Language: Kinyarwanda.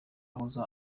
wahoze